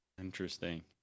Interesting